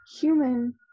human